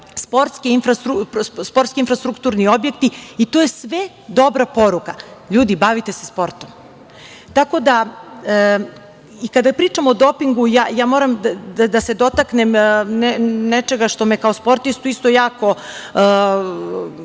sportski infrastrukturni objekti. To je sve dobra poruka. LJudi bavite se sportom. Kada pričamo o dopingu, moram da se dotaknem nečega što me kao sportistu isto jako